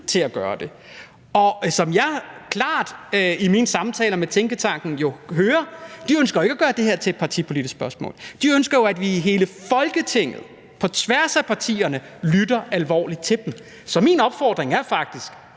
til at gøre det. Og som jeg jo klart hører i mine samtaler med tænketanken, ønsker de ikke at gøre det her til et partipolitisk spørgsmål, men de ønsker jo, at vi i hele Folketinget på tværs af partierne lytter alvorligt til dem. Så min opfordring er faktisk,